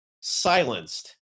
silenced